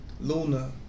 Luna